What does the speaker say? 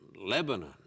Lebanon